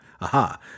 Aha